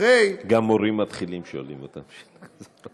גם מורים מתחילים, שואלים אותם שאלה כזאת.